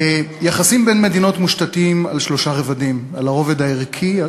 יחסים בין מדינות מושתתים על שלושה רבדים: על הרובד הערכי,